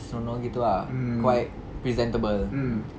senonoh gitu ah quite presentable